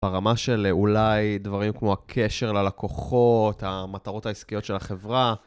ברמה של אולי דברים כמו הקשר ללקוחות, המטרות העסקיות של החברה.